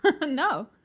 no